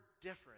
different